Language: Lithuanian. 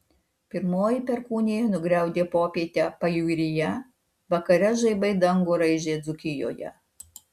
pirmoji perkūnija nugriaudė popietę pajūryje vakare žaibai dangų raižė dzūkijoje